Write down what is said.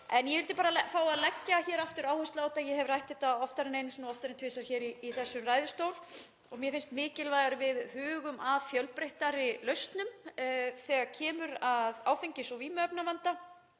En ég vildi bara fá að leggja aftur áherslu á þetta. Ég hef rætt þetta oftar en einu sinni og oftar en tvisvar hér í þessum ræðustól. Mér finnst mikilvægt að við hugum að fjölbreyttari lausnum þegar kemur að áfengis- og vímuefnavanda